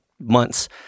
months